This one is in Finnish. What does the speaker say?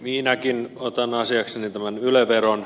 minäkin otan asiakseni tämän yle veron